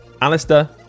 Alistair